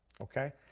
okay